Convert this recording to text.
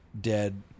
dead